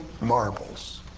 marbles